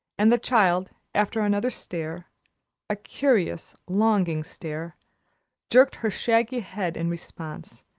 and the child, after another stare a curious, longing stare jerked her shaggy head in response,